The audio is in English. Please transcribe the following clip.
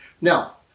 Now